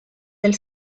del